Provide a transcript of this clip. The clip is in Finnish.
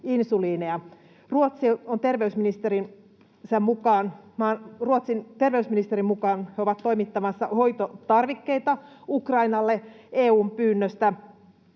Ruotsin terveysministerin mukaan he ovat toimittamassa hoitotarvikkeita Ukrainalle EU:n pyynnöstä.